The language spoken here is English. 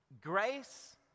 Grace